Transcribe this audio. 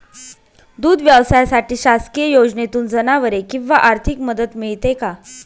दूध व्यवसायासाठी शासकीय योजनेतून जनावरे किंवा आर्थिक मदत मिळते का?